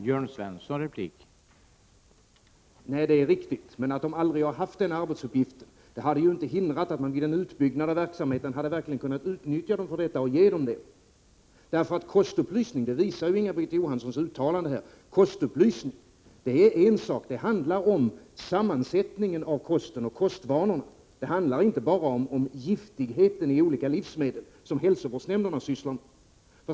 Herr talman! Det är riktigt att de aldrig har haft den arbetsuppgiften, men det hade ju inte hindrat att man vid en utbyggnad av verksamheten hade kunnat utnyttja hemkonsulenterna för detta. Kostupplysning handlar om sammansättningen av kosten och kostvanorna. Det handlar inte bara om giftigheten i olika livsmedel som hälsovårdsnämnderna sysslar med.